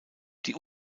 die